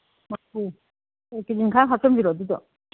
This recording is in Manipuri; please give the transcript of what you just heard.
ꯀꯦ ꯖꯤ ꯃꯈꯥꯏ ꯑꯃ ꯍꯥꯞꯆꯤꯟꯕꯤꯔꯛꯑꯣ ꯑꯗꯨꯗꯣ